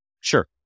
Sure